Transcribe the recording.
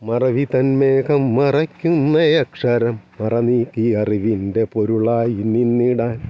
മറവിതൻ മേഘം മറയ്ക്കുന്നയക്ഷരം മറനീക്കി അറിവിൻ്റെ പൊരുളായി നിന്നിടാൻ